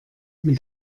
mit